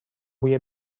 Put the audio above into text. بوی